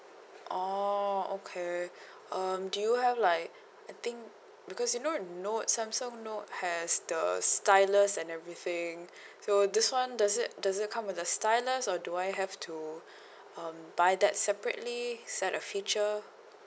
oh okay um do you have like I think because you know note samsung note has the stylus and everything so this [one] does it does it come with the stylus or do I have to um buy that separately is that a feature